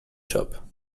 shop